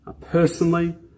personally